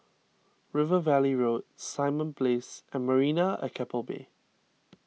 River Valley Road Simon Place and Marina at Keppel Bay